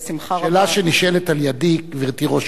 שאלה שנשאלת על-ידי, גברתי ראש האופוזיציה,